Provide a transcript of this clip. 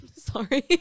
Sorry